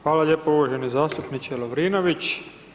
Hvala lijepo uvaženi zastupniče Lovrinović.